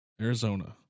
Arizona